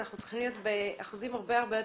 אנחנו צריכים להיות באחוזים הרבה יותר